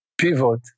pivot